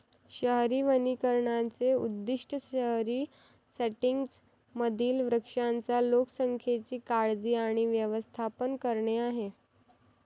शहरी वनीकरणाचे उद्दीष्ट शहरी सेटिंग्जमधील वृक्षांच्या लोकसंख्येची काळजी आणि व्यवस्थापन करणे आहे